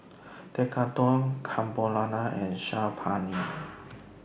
Tekkadon Carbonara and Saag Paneer